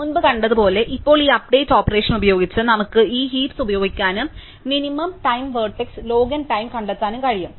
മുമ്പ് കണ്ടതുപോലെ ഇപ്പോൾ ഈ അപ്ഡേറ്റ് ഓപ്പറേഷൻ ഉപയോഗിച്ച് നമുക്ക് ഈ ഹീപ്സ് ഉപയോഗിക്കാനും minimum time vertex log n time കണ്ടെത്താനും കഴിയും